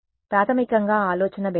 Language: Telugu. ప్రాథమికంగా ఆలోచన భేదం